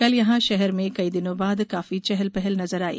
कल यहां शहर में कई दिनों बाद काफी चहल पहल नजर आई